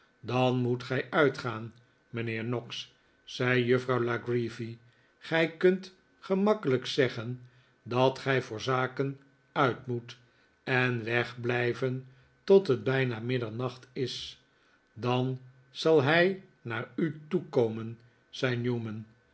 dan moet gij uitgaan mijnheer noggs zei juffrouw la creevy gij kunt gemakkelijk zeggen dat gij voor zaken uitmoet en wegblijveh tot het bijna middernacht is dan zal hij naar u toekomen zei newman